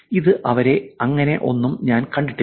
ഇത് വരെ അങ്ങനെ ഒന്നും ഞാൻ കണ്ടിട്ടില്ല